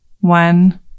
one